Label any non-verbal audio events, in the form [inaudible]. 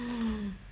[breath]